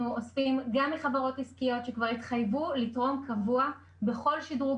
אנחנו אוספים גם מחברות עסקיות שכבר התחייבו לתרום קבוע בכל שדרוג